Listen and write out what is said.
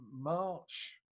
March